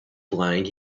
flying